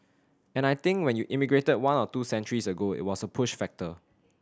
and I think when you emigrated one or two centuries ago it was a push factor